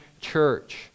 church